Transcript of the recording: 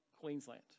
Queensland